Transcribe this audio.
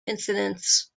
incidents